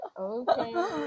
Okay